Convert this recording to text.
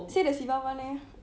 say the siva one eh